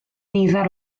nifer